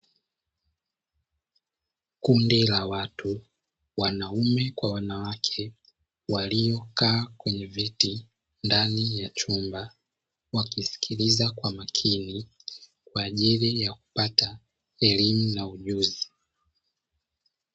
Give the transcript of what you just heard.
Kundi la watu wanaume kwa wanawake, waliokaa kwenye viti ndani ya chumba, wakisikiliza kwa makini, kwa ajili ya kupata elimu na ujuzi.